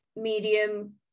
medium